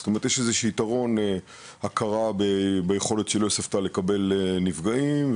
זאת אומרת יש איזה שהוא יתרון הכרה ביכולת של יוספטל לקבל נפגעים,